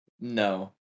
No